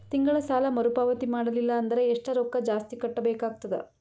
ತಿಂಗಳ ಸಾಲಾ ಮರು ಪಾವತಿ ಮಾಡಲಿಲ್ಲ ಅಂದರ ಎಷ್ಟ ರೊಕ್ಕ ಜಾಸ್ತಿ ಕಟ್ಟಬೇಕಾಗತದ?